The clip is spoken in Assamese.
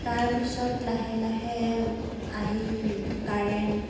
তাৰ পিছত লাহে লাহে আহিল কাৰেণ্ট